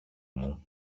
μου